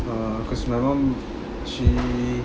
err cause my mom she